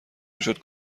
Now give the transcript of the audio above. میشد